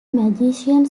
magician